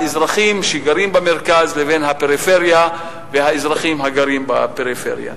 האזרחים שגרים במרכז לבין הפריפריה והאזרחים הגרים בפריפריה.